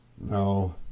No